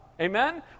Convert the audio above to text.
Amen